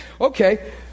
Okay